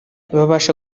babasha